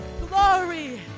Glory